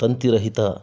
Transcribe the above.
ತಂತಿ ರಹಿತ